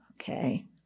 Okay